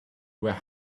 where